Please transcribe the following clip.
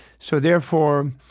so therefore,